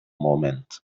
moment